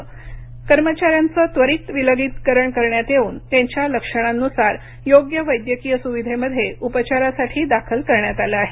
त्या कर्मचा यांचे त्वरित विलगीकरण करण्यात येऊन त्यांच्या लक्षणांनुसार योग्य वैद्यकीय सुविधेमध्ये उपचारासाठी दाखल करण्यात आलं आहे